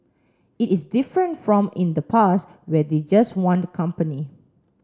it is different from in the past where they just want company